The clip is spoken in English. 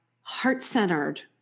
heart-centered